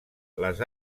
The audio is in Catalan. les